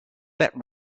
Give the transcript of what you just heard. that